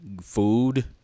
food